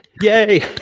Yay